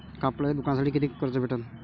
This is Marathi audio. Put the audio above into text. कापडाच्या दुकानासाठी कितीक कर्ज भेटन?